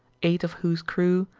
eight of whose crew,